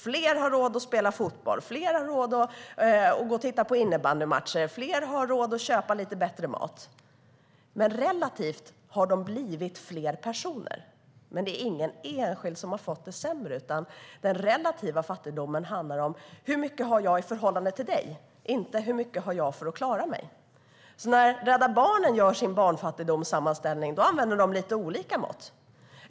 Fler har råd att spela fotboll, fler har råd att gå och titta på innebandymatcher och fler har råd att köpa lite bättre mat. Relativt har det blivit fler personer, men det är ingen enskild som har fått det sämre. Den relativa fattigdomen handlar om hur mycket jag har i förhållande till dig, inte om hur mycket jag har för att klara mig. När Rädda Barnen gör sin barnfattigdomssammanställning använder de lite olika mått.